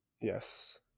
Yes